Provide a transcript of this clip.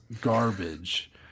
garbage